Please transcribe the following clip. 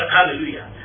Hallelujah